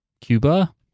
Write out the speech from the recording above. Cuba